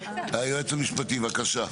היועץ המשפטי, בבקשה.